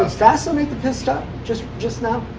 fassler make the pit stop just just now?